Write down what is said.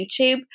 YouTube